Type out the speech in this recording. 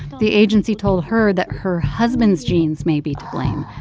the agency told her that her husband's genes may be to blame.